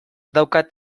daukat